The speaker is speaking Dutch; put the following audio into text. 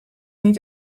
niet